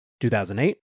2008